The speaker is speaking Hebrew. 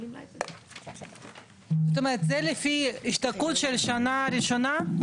זה לפי השתקעות שנה ראשונה?